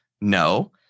No